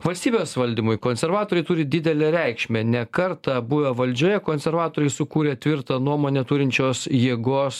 valstybės valdymui konservatoriai turi didelę reikšmę ne kartą buvę valdžioje konservatoriai sukūrė tvirtą nuomonę turinčios jėgos